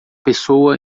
pessoa